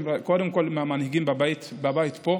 קודם כול עם המנהיגים בבית פה.